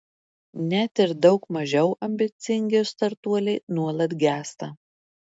net ir daug mažiau ambicingi startuoliai nuolat gęsta